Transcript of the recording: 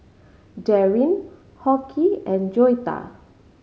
Daryn Hoke and Joetta